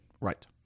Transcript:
Right